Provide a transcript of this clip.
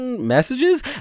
Messages